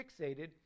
fixated